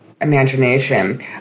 Imagination